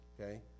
Okay